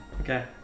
Okay